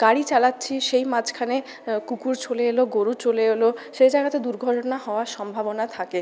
গাড়ি চালাচ্ছি সেই মাঝখানে কুকুর চলে এলো গরু চলে এলো সে জায়গাতে দুর্ঘটনা হওয়ার সম্ভাবনা থাকে